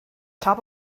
top